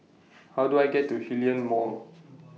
How Do I get to Hillion Mall